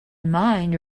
mind